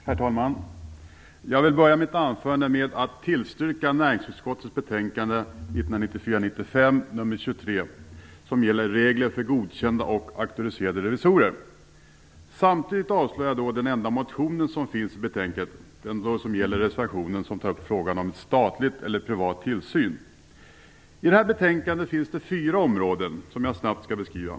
Herr talman! Jag vill börja mitt anförande med att tillstyrka hemställan i näringsutskottets betänkande 1994/95:NU23 som gäller regler för godkända och auktoriserade revisorer. Samtidigt avstryker jag den enda reservation som finns i betänkandet och som tar upp frågan om statlig eller privat tillsyn. I detta betänkande finns det fyra områden som jag snabbt skall beskriva.